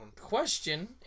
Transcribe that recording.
question